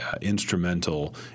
instrumental